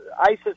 ISIS